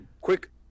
quick